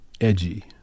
Edgy